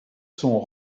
sont